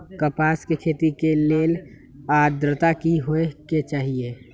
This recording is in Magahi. कपास के खेती के लेल अद्रता की होए के चहिऐई?